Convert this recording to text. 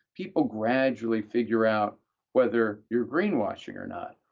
people gradually figure out whether you're green-washing or not,